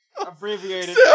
Abbreviated